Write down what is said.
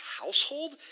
household